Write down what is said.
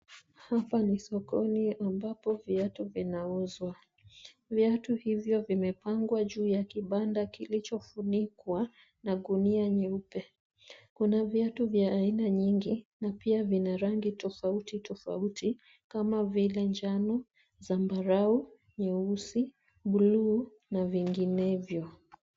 Hapa ni sokoni ambapo viatu vinauzwa. Viatu hivyo zimepangwa juu ya kibanda kilicho funikwa na ngunia nyeupe. Kuna viatu vya aina nyingi na pia vina rangi tofauti tofauti, kama vile njano, zambarau, nyeusi, buluu na vinginevyo.